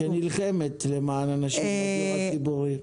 היא נלחמת למען אנשים בדיור הציבורי.